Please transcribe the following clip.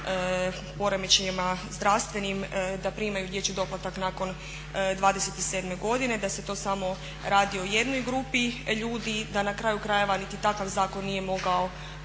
poremećajima zdravstvenim da primaju dječji doplatak nakon 27. godine da se to samo radi o jednoj grupi ljudi, da na kraju krajeva niti takav zakon nije mogao